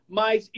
mas